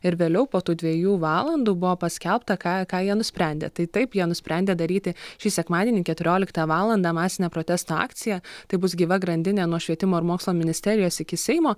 ir vėliau po tų dviejų valandų buvo paskelbta ką ką jie nusprendė tai taip jie nusprendė daryti šį sekmadienį keturioliktą valandą masinę protesto akciją tai bus gyva grandinė nuo švietimo ir mokslo ministerijos iki seimo